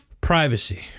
privacy